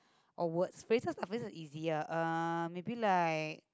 or words phrases ah phrases easier um maybe like